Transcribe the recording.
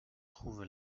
trouve